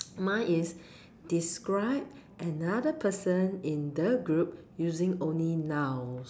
mine is describe another person in the group using only nouns